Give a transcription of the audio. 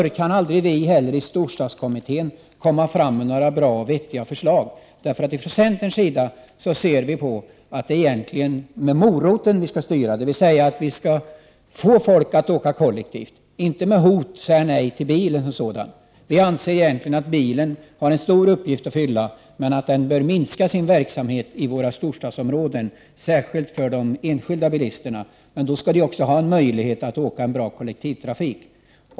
Innan dess kan inte heller vi i storstadskommittén lägga fram några bra och vettiga förslag. Centern ser det så att det är med moroten vi skall styra, dvs. att vi skall få folk att åka kollektivt, inte med hot om att säga nej till bilen och sådant. Vi anser att bilismen har en stor uppgift att fylla men att den bör minska i våra storstadsområden. Särskilt gäller det de enskilda bilisterna. Men då skall de också ha tillgång till bra kollektivtrafik.